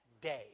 day